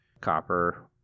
copper